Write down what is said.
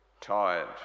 Tired